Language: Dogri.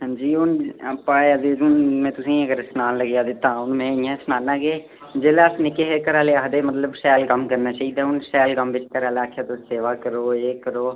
हांजी हून पाया ते हून में तु'सेंई अगर सनान लगेआं तां हून में इ'यां सनान्नां के घर आह्लें आखेआ शैल कम्म करना चाहिदा हून शैल कम्म बिच्च घरै आह्लें आखेआ तु'स सेवा करो एह् करो